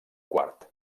quart